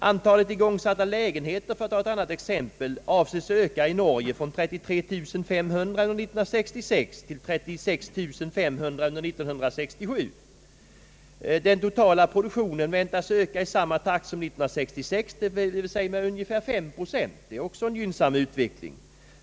Antalet påbörjade lägenheter, för att ta ett annat exempel, avses i Norge öka från 33500 under 1966 till 36 300 under 1967. Den totala produktionen väntas öka i samma takt som 1966, d. v. s. med ungefär 5 procent. Detta är också en gynnsam utveckling.